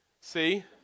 See